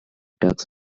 ducks